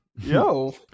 Yo